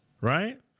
right